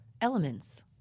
elements